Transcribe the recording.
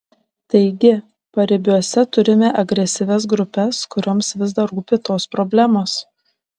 taigi paribiuose turime agresyvias grupes kurioms vis dar rūpi tos problemos